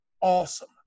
awesome